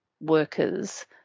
workers